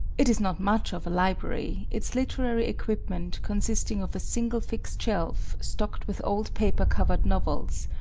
it is not much of a library, its literary equipment consisting of a single fixed shelf stocked with old paper-covered novels,